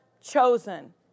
chosen